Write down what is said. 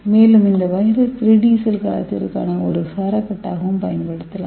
மேலும் இந்த வைரஸை 3D செல் கலாச்சாரத்திற்கான ஒரு சாரக்கட்டாகவும் பயன்படுத்தலாம்